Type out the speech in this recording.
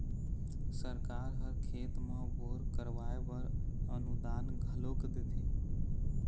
सरकार ह खेत म बोर करवाय बर अनुदान घलोक देथे